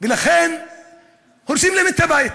ולכן הורסים להם את הבית,